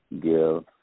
give